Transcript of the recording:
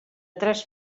tres